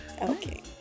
Okay